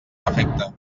defecte